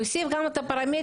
אפשר להוסיף גם את הפרמדיקים,